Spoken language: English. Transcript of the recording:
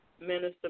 Minister